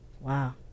Wow